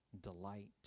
delight